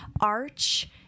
arch